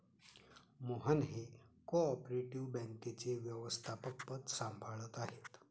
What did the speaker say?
मोहन हे cooperative बँकेचे व्यवस्थापकपद सांभाळत आहेत